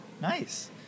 Nice